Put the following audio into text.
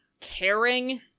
caring